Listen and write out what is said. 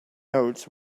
notes